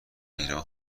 ایران